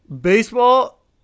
Baseball